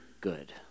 good